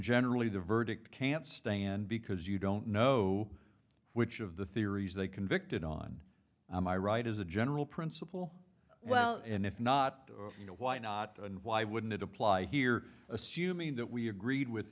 generally the verdict can't stand because you don't know which of the theories they convicted on my right as a general principle well and if not why not and why wouldn't it apply here assuming that we agreed with